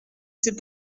c’est